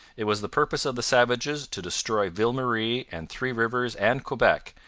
it was the purpose of the savages to destroy ville marie and three rivers and quebec,